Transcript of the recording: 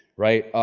right.